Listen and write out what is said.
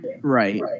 Right